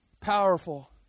Powerful